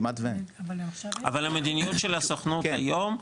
אבל המדיניות של הסוכנות היום,